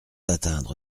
atteindre